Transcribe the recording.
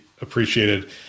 appreciated